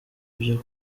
byo